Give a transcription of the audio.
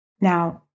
Now